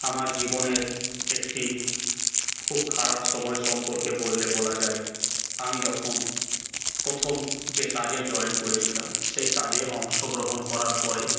আমার জীবনের একটি খুব খারাপ সময় সম্পর্কে বললে বলা যায় আমি যখন প্রথম যে কাজে জয়েন করেছিলাম সেই কাজে অংশগ্রহণ করার পরে